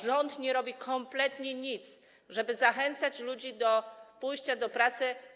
Rząd nie robi kompletnie nic, żeby zachęcać ludzi do pójścia do pracy.